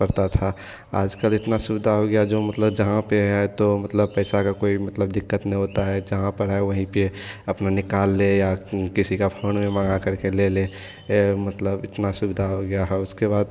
पड़ता था आजकल इतना सुविधा हो गया जो मतलब जहाँ पे है तो मतलब पैसा का कोई मतलब दिक्कत नहीं होता है जहाँ पर है वहीं पे अपना निकाल ले या किसी का फ़ोन में मंगा करके ले लें ये मतलब इतना सुविधा हो गिया है उसके बाद